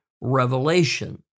revelation